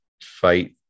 fight